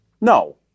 No